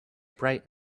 bright